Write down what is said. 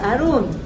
Arun